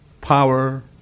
power